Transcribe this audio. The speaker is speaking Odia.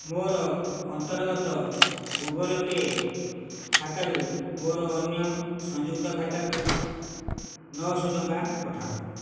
ମୋ'ର ଅନ୍ତର୍ଗତ ଗୁଗଲ୍ ପେ ଖାତାରୁ ମୋ'ର ଅନ୍ୟ ସଂଯୁକ୍ତ ଖାତାକୁ ନଅ ଶହ ଟଙ୍କା ପଠାଅ